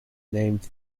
named